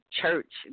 church